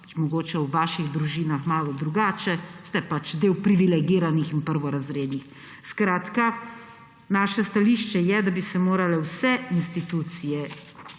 Mogoče je v vaših družinah malo drugače, ste pač del privilegiranih in prvorazrednih. Naše stališče je, da bi se morale vse skrbstvene